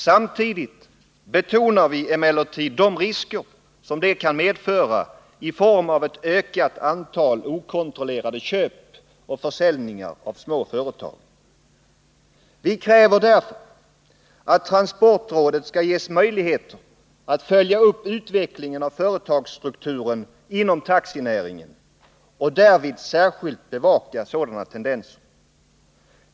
Samtidigt betonar vi emellertid de risker som detta kan medföra i form av ett ökat antal okontrollerade köp och försäljningar av små företag. Vi kräver därför att transportrådet skall ges möjligheter att följa upp utvecklingen av företagsstrukturen inom taxinäringen och därvid särskilt bevaka sådana tendenser.